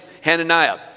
Hananiah